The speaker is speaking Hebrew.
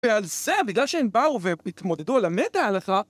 ועל זה בגלל שהם באו והתמודדו על המטה הלכה